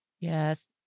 Yes